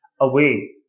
away